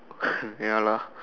ya lah